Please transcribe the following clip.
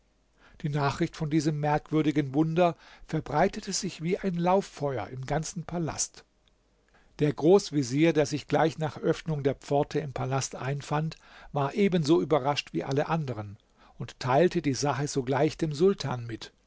die nachricht von diesem merkwürdigen wunder verbreitete sich wie ein lauffeuer im ganzen palast der großvezier der sich gleich nach öffnung der pforte im palast einfand war ebenso überrascht wie alle andern und teilte die sache sogleich dem sultan mit